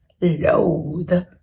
loathe